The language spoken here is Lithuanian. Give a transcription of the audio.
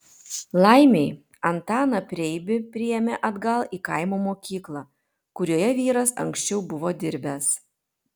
laimei antaną preibį priėmė atgal į kaimo mokyklą kurioje vyras anksčiau buvo dirbęs